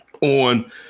on